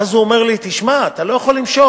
ואז הוא אומר לי: תשמע, אתה לא יכול למשוך.